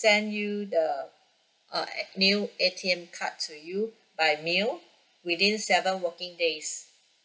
send you the uh a new A_T_M card to you by mail within seven working days